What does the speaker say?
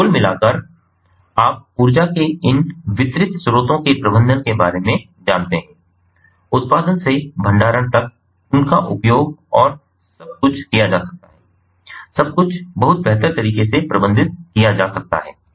और कुल मिलाकर आप ऊर्जा के इन वितरित स्रोतों के प्रबंधन के बारे में जानते हैं उत्पादन से भंडारण तक उनका उपयोग और सब कुछ किया जा सकता है सब कुछ बहुत बेहतर तरीके से प्रबंधित किया जा सकता है